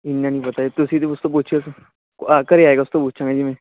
ਇੰਨਾ ਨੀ ਪਤਾ ਜੀ ਤੁਸੀਂ ਤੇ ਉਸ ਤੋਂ ਪੁੱਛਿਓ ਫਿਰ ਓ ਆ ਘਰੇ ਆਏਗਾ ਉਸ ਤੋਂ ਪੁੱਛਾਂਗਾ ਜੀ ਮੈਂ